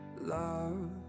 love